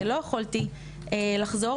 ולא יכולתי לחזור,